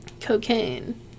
cocaine